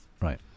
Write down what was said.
Right